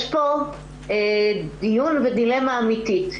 יש פה דיון ודילמה אמיתית.